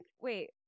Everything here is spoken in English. wait